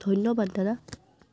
ধন্যবাদ দাদা